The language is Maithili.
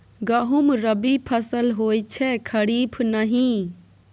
गहुम रबी फसल होए छै खरीफ नहि